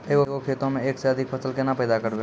एक गो खेतो मे एक से अधिक फसल केना पैदा करबै?